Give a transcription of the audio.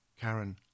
Karen